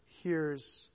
hears